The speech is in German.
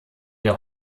der